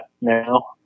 now